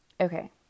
Okay